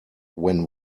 when